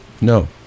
No